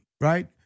right